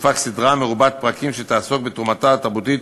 תופק סדרה מרובת פרקים שתעסוק בתרומתה התרבותית